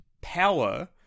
power